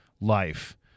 life